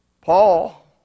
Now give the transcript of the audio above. Paul